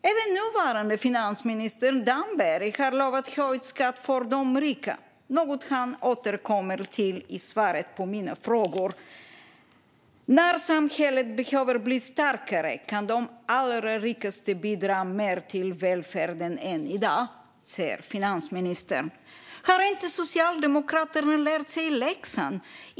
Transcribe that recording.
Även den nuvarande finansministern Damberg har utlovat höjd skatt för de rika, någon han återkommer till i svaret på mina frågor. "När samhället behöver bli starkare kan de allra rikaste bidra mer till välfärden än i dag", säger finansministern. Har inte Socialdemokraterna lärt sig läxan?